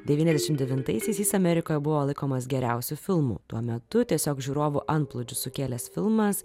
devyniasdešim devintaisiais amerikoje buvo laikomas geriausiu filmu tuo metu tiesiog žiūrovų antplūdžio sukėlęs filmas